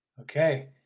Okay